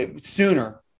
sooner